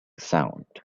sound